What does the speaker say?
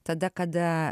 tada kada